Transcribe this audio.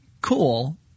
cool